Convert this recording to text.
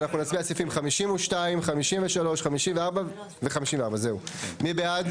אנחנו מצביעים עכשיו על ההסתייגות בסעיף 57. מי בעד?